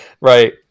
Right